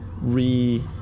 re